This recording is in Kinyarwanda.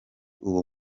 uwo